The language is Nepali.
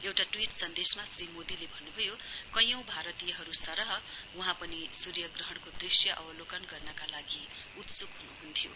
एउटा ट्वीट सन्देशमा श्री मोदीले भन्नभयो कैयौं भारतीयहरु सरह वहाँ पनि सूर्यग्रहणको दृश्य अवलोकन गर्नका लागि उत्सुक हुनुहुन्थ्यो